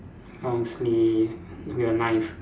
long sleeve with a knife